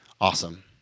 Awesome